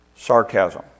Sarcasm